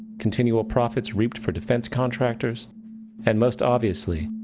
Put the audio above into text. continual profits reaped for defense contractors and most obviously,